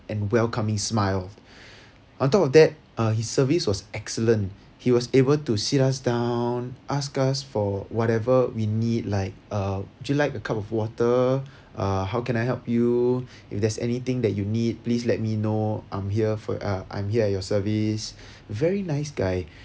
and welcoming smile on top of that uh his service was excellent he was able to sit us down ask us for whatever we need like a would you like a cup of water uh how can I help you if there's anything that you need please let me know I'm here for a I'm here at your service very nice guy